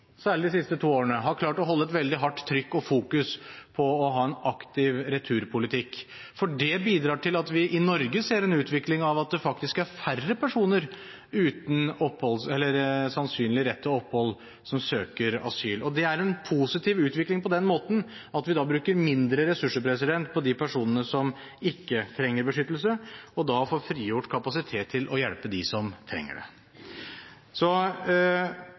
særlig de siste to årene – har klart å holde et veldig hardt trykk og fokus på å ha en aktiv returpolitikk, for det bidrar til at vi i Norge ser en utvikling hvor det faktisk er færre personer uten sannsynlig rett til opphold som søker asyl. Det er en positiv utvikling på den måten at vi bruker mindre ressurser på de personene som ikke trenger beskyttelse, og da får frigjort kapasitet til å hjelpe dem som trenger det.